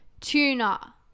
tuna